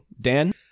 Dan